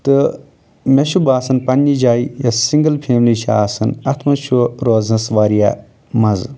تہٕ مےٚ چھُ باسان پَنٕنہِ جایہِ یۄس سِنگٕل فیٚملی چھےٚ آسان اَتھ منٛز چھُ روزنَس واریاہ مَزٕ